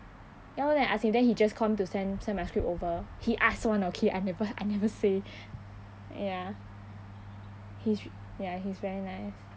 ya lor then I ask him then he just come to send send my script over he ask [one] okay I never I never say ya he's ya he's very nice